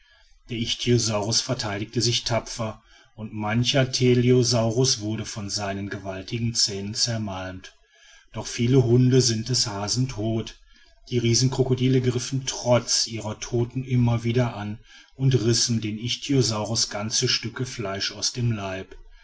der ichthyosaurus verteidigte sich tapfer und mancher teleosaurus wurde von seinen gewaltigen zähnen zermalmt doch viele hunde sind des hasen tod die riesenkrokodile griffen trotz ihrer toten immer wieder an und rissen dem ichthyosaurus ganze stücke fleisch aus dem leibe